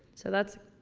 so that's,